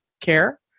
care